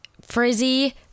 frizzy